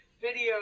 video